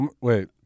Wait